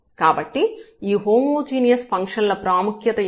కాబట్టి ఈ homogeneous function ల ప్రాముఖ్యత ఏమిటి